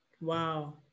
Wow